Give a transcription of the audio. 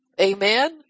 Amen